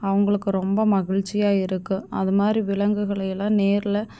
அவங்களுக்கு ரொம்ப மகிழ்ச்சியாக இருக்கும் அது மாதிரி விலங்குகளை எல்லாம் நேரில்